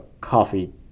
coffee